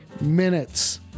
minutes